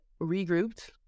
regrouped